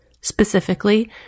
Specifically